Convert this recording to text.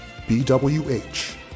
BWH